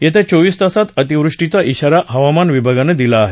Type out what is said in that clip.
येत्या चोवीस तासात अतिवृष्टीचा इशारा हवामान विभागानं दिला आहे